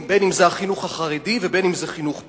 אם החינוך החרדי ואם חינוך פרטי.